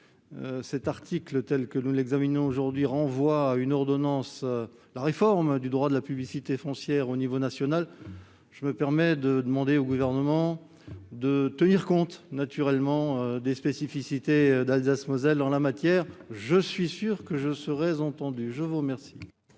cet article que nous examinons renvoie à une ordonnance la réforme du droit de la publicité foncière au niveau national, je me permets de demander au Gouvernement de tenir compte des spécificités de l'Alsace-Moselle en la matière. Je suis sûr que je serai entendu ! La parole